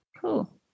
cool